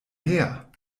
her